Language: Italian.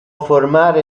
formare